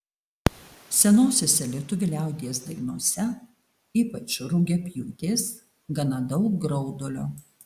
senosiose lietuvių liaudies dainose ypač rugiapjūtės gana daug graudulio